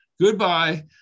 Goodbye